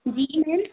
جی میم